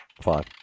Five